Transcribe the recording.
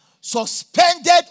suspended